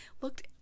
looked